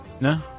No